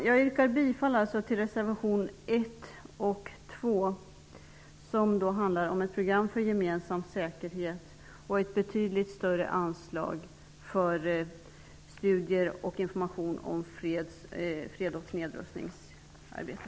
Jag yrkar bifall till reservationerna 1 och 2, som handlar om ett program för gemensam säkerhet och innebär ett betydligt större anslag för studier och information om fred och nedrustningsarbete.